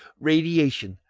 radiation,